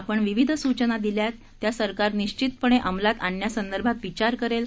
आपण विविध सूचना दिल्यात त्या सरकार निश्वितपणे अंमलात आणण्यासंदर्भात विचार करेल